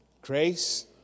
Grace